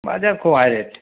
বাজার খুব high rate